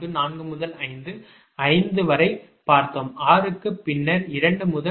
இது கிளை jj க்கு அப்பால் உள்ள முனைகளை உருவாக்கியது முந்தைய அட்டவணை மற்றும் விவரம் இவை கிளை jj க்கு அப்பாற்பட்ட முனைகள்